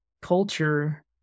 culture